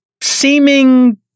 seeming